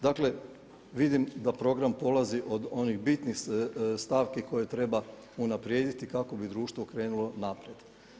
Dakle, vidim da program polazi od onih bitnih stavki koje treba unaprijediti kako bi društvo krenulo naprijed.